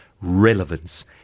relevance